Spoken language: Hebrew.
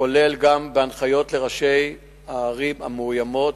כולל גם בהנחיות לראשי הערים המאוימות,